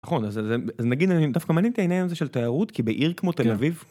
נכון אז נגיד אני דווקא מעניין אותי העיניין הזה של תיירות כי בעיר כמו תל אביב.